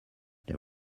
they